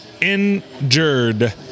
injured